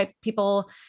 people